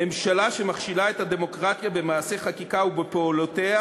ממשלה שמכשילה את הדמוקרטיה במעשי החקיקה ובפעולותיה